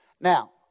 Now